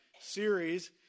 series